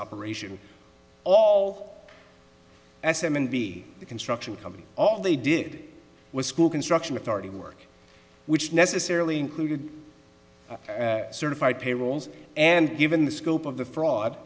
operation all s m and b the construction company all they did was school construction authority work which necessarily included certified payrolls and given the scope of the fraud